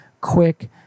quick